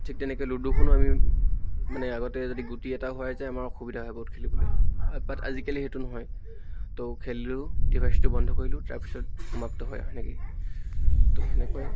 ঠিক তেনেকে লুডুখনো আমি মানে আগতে যদি গুটি এটাও হেৰাই যায় আমাৰ অসুবিধা হয় বহুত খেলিবলে বাট আজিকালি সেইটো নহয় ত' খেলিলোঁ ডিভাইচটো বন্ধ কৰিলোঁ তাৰপিছত সমাপ্ত হয় আৰু সেনেকেই ত' তেনেকুৱাই